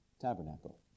Tabernacle